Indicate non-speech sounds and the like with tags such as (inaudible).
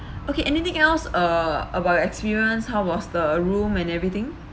(breath) okay anything else uh about your experience how was the room and everything